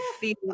feel